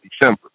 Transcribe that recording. December